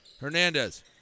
Hernandez